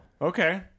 Okay